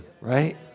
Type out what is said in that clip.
right